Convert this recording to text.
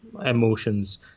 emotions